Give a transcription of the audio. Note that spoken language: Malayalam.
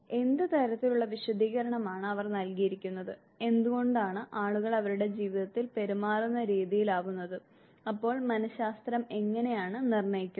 എന്ത് തരത്തിലുള്ള വിശദീകരണമാണ് അവർ നൽകിയിരിക്കുന്നത് എന്തുകൊണ്ടാണ് ആളുകൾ അവരുടെ ജീവിതത്തിൽ പെരുമാറുന്ന രീതിയിൽ ആവുന്നത് അപ്പോൾ മനശാസ്ത്രം എങ്ങനെയാണ് നിർണ്ണയിക്കുന്നത്